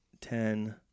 ten